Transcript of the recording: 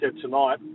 tonight